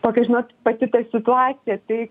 tokia žinot pati ta situacija tai